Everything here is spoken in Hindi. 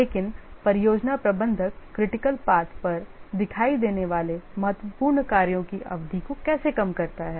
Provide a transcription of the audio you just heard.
लेकिन परियोजना प्रबंधक critical path पर दिखाई देने वाले महत्वपूर्ण कार्यों की अवधि को कैसे कम करता है